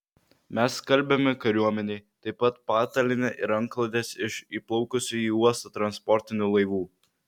mes skalbiame kariuomenei taip pat patalynę ir antklodes iš įplaukusių į uostą transportinių laivų